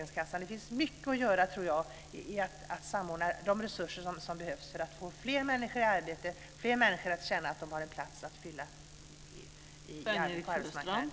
Jag tror att det finns mycket att göra när det gäller att samordna de resurser som behövs för att få fler människor i arbete och fler människor att känna att de har en plats att fylla på arbetsmarknaden.